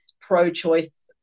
pro-choice